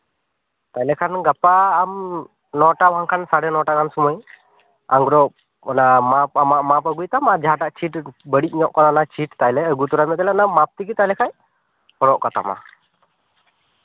ᱛᱟᱦᱞᱮ ᱠᱷᱟᱱ ᱜᱟᱯᱟ ᱟᱢ ᱱᱚᱴᱟ ᱵᱟᱝᱠᱷᱟᱱ ᱥᱟᱲᱮ ᱱᱚᱴᱟ ᱜᱟᱱ ᱥᱚᱢᱚᱭ ᱟᱝᱨᱚᱵ ᱚᱱᱟ ᱢᱟᱯ ᱟᱢᱟᱜ ᱢᱟᱯ ᱟᱹᱜᱩᱭ ᱛᱟᱢ ᱟᱨ ᱡᱟᱦᱟᱸᱴᱟᱜ ᱪᱷᱤᱴ ᱵᱟᱹᱲᱤᱡᱽ ᱧᱚᱜ ᱠᱟᱱ ᱚᱱᱟ ᱪᱷᱤᱴ ᱛᱟᱦᱞᱮ ᱟᱹᱜᱩ ᱛᱚᱨᱟᱭ ᱢᱮ ᱛᱟᱦᱞᱮ ᱚᱱᱟ ᱢᱟᱯ ᱛᱮᱜᱮ ᱛᱟᱦᱞᱮ ᱠᱷᱟᱱ ᱨᱚᱜ ᱠᱟᱛᱟᱢᱟ